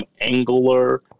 Angler